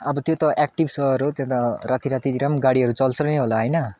अब त्यो त एक्टिभ सहर हो त्यहाँ त राति रातितिर पनि गाडीहरू चल्छ नै होला होइन